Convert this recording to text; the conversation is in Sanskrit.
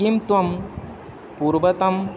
किं त्वं पूर्वतमम्